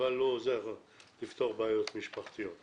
אבל לא עוזר לפתור בעיות משפחתיות.